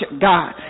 God